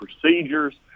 procedures